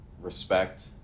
respect